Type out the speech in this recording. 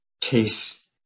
Case